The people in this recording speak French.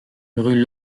rue